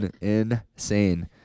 Insane